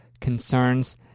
concerns